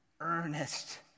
Earnest